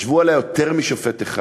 ישבו עליה יותר משופט אחד.